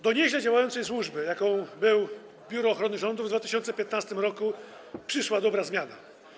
Do nieźle działającej służby, jaką było Biuro Ochrony Rządu w 2015 r., przyszła dobra zmiana.